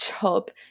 job